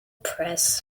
press